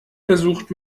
versucht